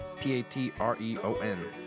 P-A-T-R-E-O-N